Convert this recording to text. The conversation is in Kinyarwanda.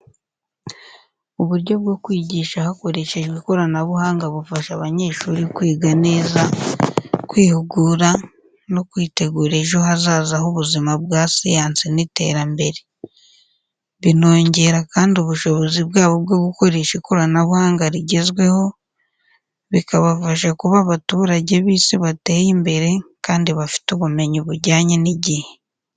Uburyo bwo kwigisha hakoreshejwe ikoranabuhanga bufasha abanyeshuri kwiga neza, kwihugura, no kwitegura ejo hazaza h’ubuzima bwa siyansi n’iterambere. Binongera kandi ubushobozi bwabo bwo gukoresha ikoranabuhanga rigezweho, bikabafasha kuba abaturage b’isi bateye imbere kandi bafite ubumenyi bujyanye n’igihe.